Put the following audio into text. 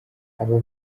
aba